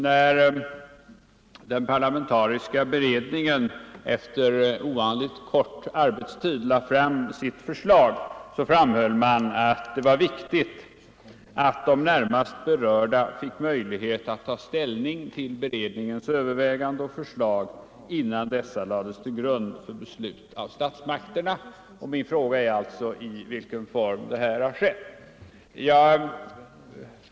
När den parlamentariska beredningen, efter ovanligt kort arbetstid, lade fram sitt förslag framhöll man att det var viktigt att de närmast berörda fick möjlighet att ta ställning till beredningens överväganden och förslag innan dessa lades till grund för beslut av statsmakterna. Min fråga gäller alltså i vilken form detta skett.